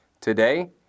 Today